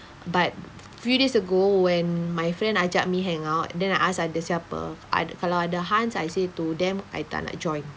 but few days ago when my friend ajak me hang out then I asked ada siapa ad~ kalau ada Hans I say to them I tak nak join